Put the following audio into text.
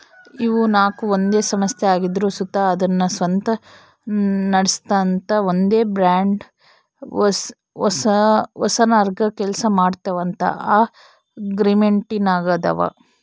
ಇವು ನಾಕು ಒಂದೇ ಸಂಸ್ಥೆ ಆಗಿದ್ರು ಸುತ ಅದುನ್ನ ಸ್ವಂತ ನಡಿಸ್ಗಾಂತ ಒಂದೇ ಬ್ರಾಂಡ್ ಹೆಸರ್ನಾಗ ಕೆಲ್ಸ ಮಾಡ್ತೀವಂತ ಅಗ್ರಿಮೆಂಟಿನಾಗಾದವ